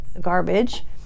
garbage